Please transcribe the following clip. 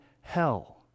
hell